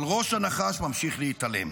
אבל ראש הנחש ממשיך להתעלם.